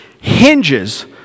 hinges